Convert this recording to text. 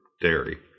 dairy